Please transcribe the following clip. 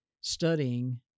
studying